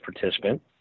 participant